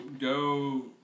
Go